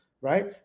right